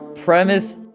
premise